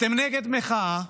אתם נגד מחאה,